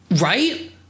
Right